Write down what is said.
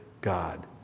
God